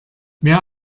mehr